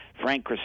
Frank